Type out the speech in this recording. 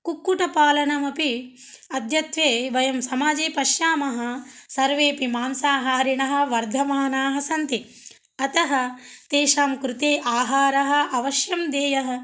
कुक्कुटपालनमपि अद्यत्वे वयं समाजे पश्यामः सर्वेपि मांसाहारिणः वर्धमानाः सन्ति अतः तेषां कृते आहारः अवश्यं देयः